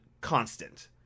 constant